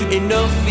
enough